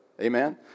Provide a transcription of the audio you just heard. Amen